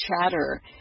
chatter